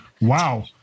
wow